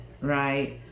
right